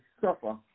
suffer